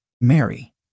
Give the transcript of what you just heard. Mary